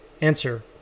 Answer